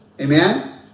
Amen